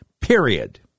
period